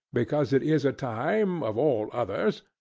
because it is a time, of all others,